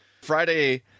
Friday